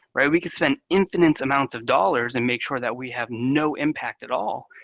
right? we could spend infinites amounts of dollars and make sure that we have no impact at all.